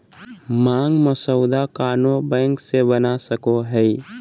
मांग मसौदा कोनो बैंक से बना सको हइ